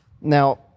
Now